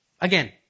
again